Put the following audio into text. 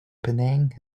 penang